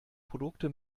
produkte